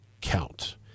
count